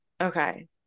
okay